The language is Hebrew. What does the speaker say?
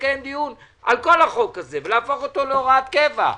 לקיים דיון על כל החוק הזה ולהפוך אותו להוראת קבע,